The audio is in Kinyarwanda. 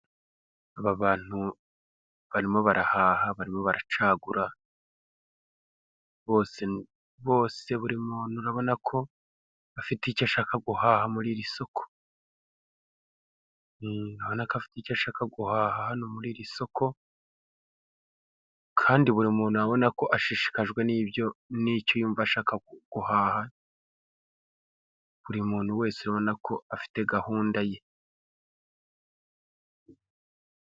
Aba bantu, barimo barahaha barimo baracagura, bose, bose buri muntu urabona shaka ashaka mu iri soko, buri muntu urabona ko ashaka hano mu iri soko, kandi buri muntu urabona ko ashishikajwe n'icyo yumva ashaka guhaha, buri muntu wesebona ko afite gahunda ye.